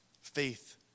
Faith